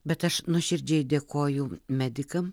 bet aš nuoširdžiai dėkoju medikam